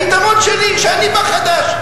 היתרון שלי שאני בא חדש.